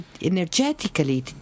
energetically